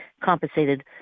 compensated